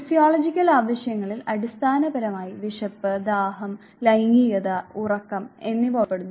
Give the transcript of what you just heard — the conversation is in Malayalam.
ഫിസിയോളജിക്കൽ ആവശ്യങ്ങളിൽ അടിസ്ഥാനപരമായി വിശപ്പ് ദാഹം ലൈംഗികത ഉറക്കം എന്നിവ ഉൾപ്പെടുന്നു